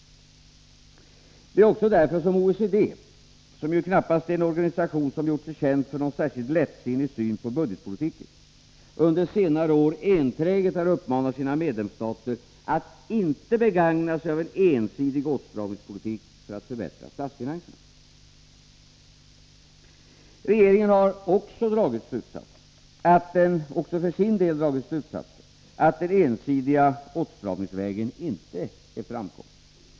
Det är också därför OECD —- som ju knappast är en organisation som gjort sig känd för någon särskilt lättsinnig syn på budgetpolitiken — under senare år enträget har uppmanat sina medlemsstater att inte begagna sig av en ensidig åtstramningspolitik för att förbättra statsfinanserna. Regeringen har också för sin del dragit slutsatsen att den ensidiga åtstramningsvägen inte är framkomlig.